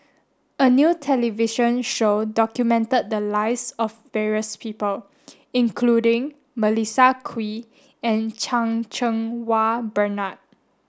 a new television show documented the lies of various people including Melissa Kwee and Chan Cheng Wah Bernard